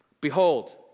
behold